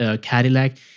Cadillac